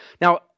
Now